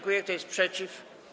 Kto jest przeciw?